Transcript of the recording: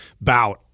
bout